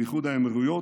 עם איחוד האמירויות,